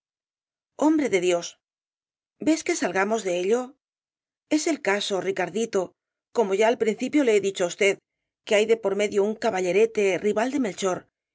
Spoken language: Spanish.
hombre de dios ves que salgamos de ello es el caso ricardito como ya al principio le he dicho á usted que hay de por medio un caballerete rival de melchor